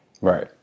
Right